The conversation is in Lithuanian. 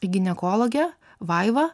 ginekologę vaivą